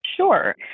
Sure